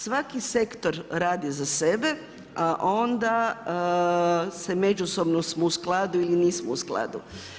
Svaki sektor radi za sebe, a onda se međusobno smo u skladu ili nismo u skladu.